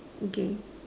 okay